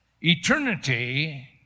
Eternity